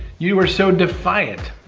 you are so defiant,